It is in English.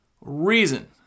reason